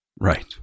Right